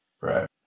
Right